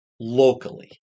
locally